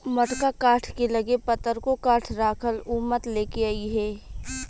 मोटका काठ के लगे पतरको काठ राखल उ मत लेके अइहे